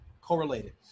correlated